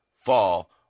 fall